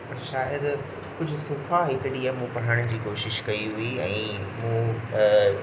पर शायदि कुझु सिखा हीअ हिकिड़ी मूं पढ़ण जी कोशिश कई हुई ऐं मूं